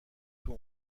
توی